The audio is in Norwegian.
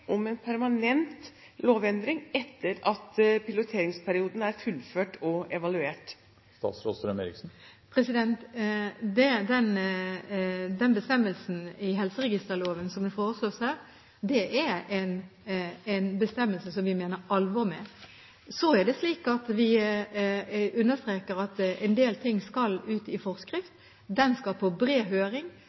om en permanent lovendring etter at piloteringsperioden er fullført og evaluert. Den bestemmelsen i helseregisterloven som forelås her, er en bestemmelse vi mener alvor med. Så er det slik at vi understreker at en del ting skal ut i forskrift. Den forskriften skal på bred høring